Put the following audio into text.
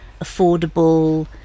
affordable